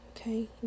Okay